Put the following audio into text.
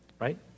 right